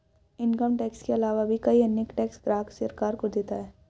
income tax के आलावा भी कई अन्य टैक्स ग्राहक सरकार को देता है